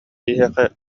киһиэхэ